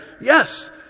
Yes